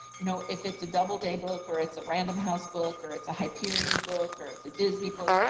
you know if it's a doubleday book or it's a random house book or it's a hyperion book or it's a disney book,